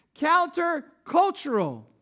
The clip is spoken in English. countercultural